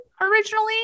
originally